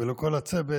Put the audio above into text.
ולכל הצוות,